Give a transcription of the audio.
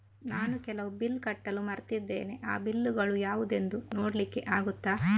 ನಾನು ಕೆಲವು ಬಿಲ್ ಕಟ್ಟಲು ಮರ್ತಿದ್ದೇನೆ, ಆ ಬಿಲ್ಲುಗಳು ಯಾವುದೆಂದು ನೋಡ್ಲಿಕ್ಕೆ ಆಗುತ್ತಾ?